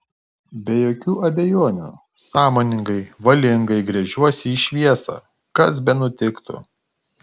be jokių abejonių sąmoningai valingai gręžiuosi į šviesą kas benutiktų